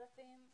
ל-10,000 שקלים